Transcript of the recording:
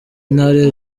ntare